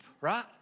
Right